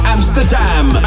Amsterdam